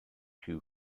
two